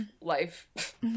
life